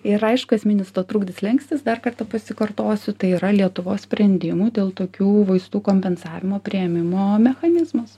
ir aišku esminis to trukdis slenkstis dar kartą pasikartosiu tai yra lietuvos sprendimų dėl tokių vaistų kompensavimo priėmimo mechanizmas